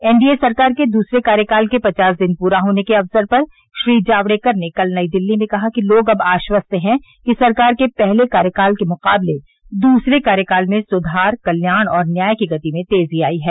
NDA सरकार के दूसरे कार्यकाल के पचास दिन पूरे होने के अवसर पर श्री जावडेकर ने कल नई दिल्ली में कहा कि लोग अब आश्वस्त है कि सरकार के पहले कार्यकाल के मुकाबले दूसरे कार्यकाल में सुधार कल्याण और न्याय की गति में तेजी आई है